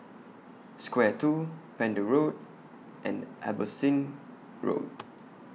Square two Pender Road and Abbotsingh Road